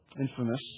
infamous